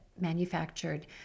manufactured